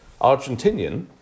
Argentinian